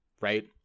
Right